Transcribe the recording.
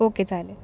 okay चालेल